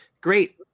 great